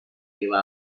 iba